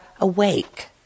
awake